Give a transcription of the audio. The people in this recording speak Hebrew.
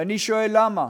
ואני שואל: למה?